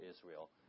Israel